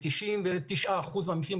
ב-99 אחוזים מהמקרים,